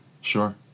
Sure